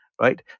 right